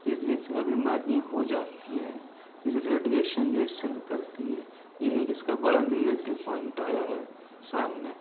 پھر ایسا بیماریاں ہو جاتی ہیں جو ریڈیئشن جو اس سے نکلتی ہے یہ ایک اس کا بڑا نگیٹو پوائنٹ آیا ہے سامنے